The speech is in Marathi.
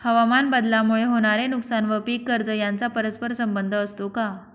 हवामानबदलामुळे होणारे नुकसान व पीक कर्ज यांचा परस्पर संबंध असतो का?